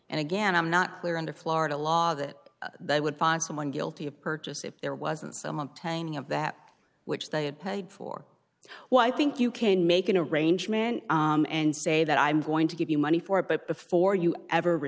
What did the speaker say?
and again i'm not clear under florida law that they would find someone guilty of purchase if there wasn't someone telling of that which they had paid for why i think you can make an arrangement and say that i'm going to give you money for it but before you ever